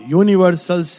universal